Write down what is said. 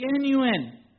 genuine